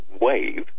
wave